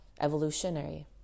evolutionary